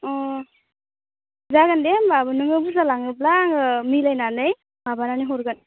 अ जागोन दे होमब्ला नोङो बुरजा लाङोब्ला आङो मिलायनानै माबानानै हरगोन